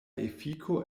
efiko